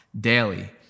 daily